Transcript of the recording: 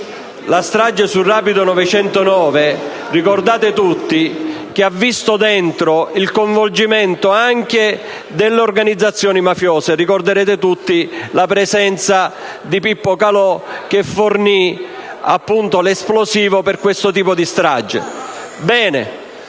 la strage del Rapido 904 ha visto il coinvolgimento anche delle organizzazioni mafiose. Ricorderete tutti la presenza di Pippo Calò, il quale fornì l'esplosivo per quel tipo di strage.